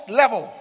level